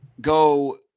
go